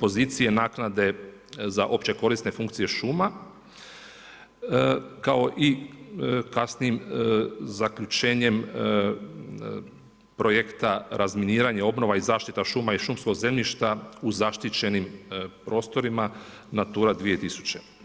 pozicije naknade za opće korisne funkcije šuma, kao i kasnijim zaključenjem projekta razminiranja, obnova i zaštita šuma i šumskog zemljišta u zaštićenim prostorima, natura 2000.